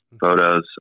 photos